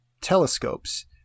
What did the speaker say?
telescopes